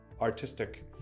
artistic